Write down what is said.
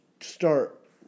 start